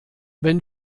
wenn